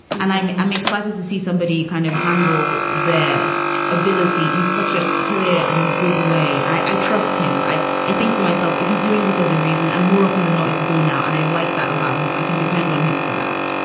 and i'm i'm excited to see somebody kind of handle their ability in such a clear and good way. i trust him. i i think to myself, if he's doing this as a reason and more often than not, it's borne out. and i like that about him. i can depend on him for that